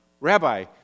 Rabbi